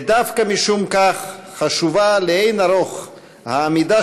ודווקא משום כך חשובה לאין ערוך העמידה